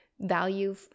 value